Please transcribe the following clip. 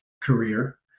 career